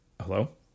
Hello